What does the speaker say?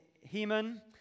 Heman